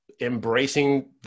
embracing